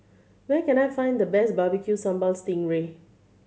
where can I find the best Barbecue Sambal sting ray